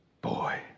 boy